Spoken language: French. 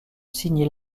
signer